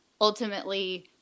ultimately